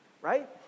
right